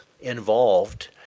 involved